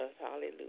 Hallelujah